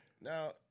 Now